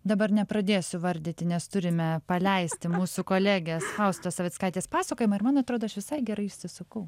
dabar nepradėsiu vardyti nes turime paleisti mūsų kolegės faustos savickaitės pasakojimą ir man atrodo aš visai gerai išsisukau